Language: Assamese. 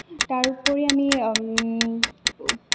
তাৰ উপৰি আমি